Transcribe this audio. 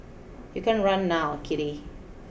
you can't run now Kitty